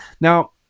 now